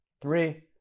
Three